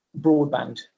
broadband